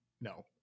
No